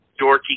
dorky